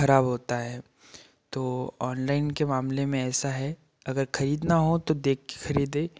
खराब होता है तो ऑनलाइन के मामले में ऐसा है अगर खरीदना हो तो देख के खरीदें